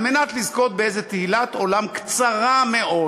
על מנת לזכות באיזו תהילת עולם קצרה מאוד,